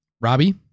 Robbie